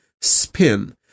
spin